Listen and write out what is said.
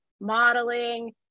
modeling